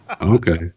Okay